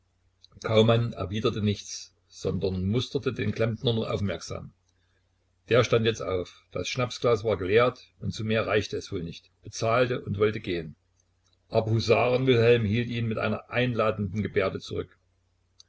kaumann erwiderte nichts sondern musterte den klempner nur aufmerksam der stand jetzt auf das schnapsglas war geleert und zu mehr reichte es wohl nicht bezahlte und wollte gehen aber husaren wilhelm hielt ihn mit einer einladenden gebärde zurück